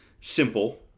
simple